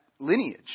lineage